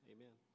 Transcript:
Amen